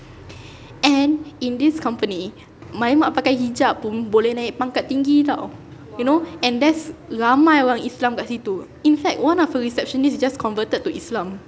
and in this company my mak pakai hijab pun boleh naik pangkat tinggi [tau] you know and there's ramai orang islam kat situ in fact one of her receptionist just converted to islam